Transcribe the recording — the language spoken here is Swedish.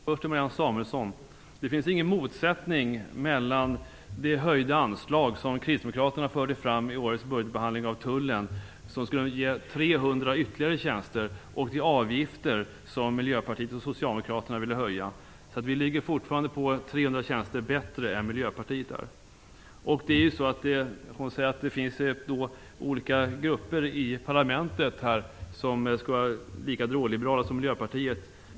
Herr talman! Först vill jag säga till Marianne Samuelsson att det inte finns någon motsättning mellan det höjda anslag som kristdemokraterna förde fram vid årets budgetbehandling av tullen, som skulle ge ytterligare 300 tjänster, och de avgifter som Miljöpartiet och Socialdemokraterna ville höja. Vi ligger alltså fortfarande på 300 tjänster mer än Miljöpartiet där. Hon säger att det finns olika grupper i parlamentet som är lika drogliberala som Miljöpartiet.